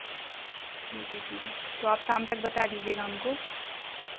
ठीक है ठीक है तो आप शाम तक बता दीजिएगा हमको